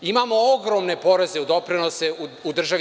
Imamo ogromne poreze i doprinose u državi.